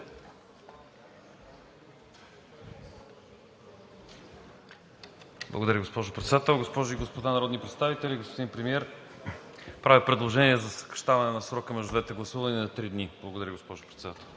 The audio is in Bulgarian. Благодаря, госпожо Председател. Госпожи и господа народни представители, господин Премиер! Правя предложение за съкращаване на срока между двете гласувания на три дни. Благодаря, госпожо Председател.